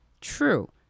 True